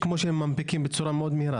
כמו שמנפיקים בצורה מאוד מהירה,